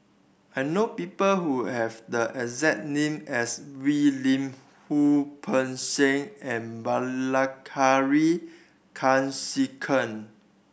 I know people who have the exact name as Wee Lin Wu Peng Seng and Bilahari Kausikan